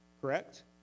Correct